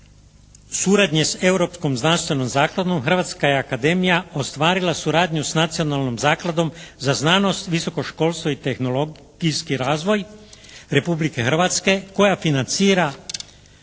suradnje s Europskom znanstvenom zakladom Hrvatska je akademija ostvarila suradnju s nacionalnom zakladom za znanost, visoko školstvo i tehnologijski razvoj Republike Hrvatske koja financira,